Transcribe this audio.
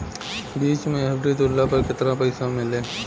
बीच मे एफ.डी तुड़ला पर केतना पईसा मिली?